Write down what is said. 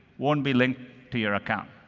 won't be linked to your account.